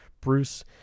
Bruce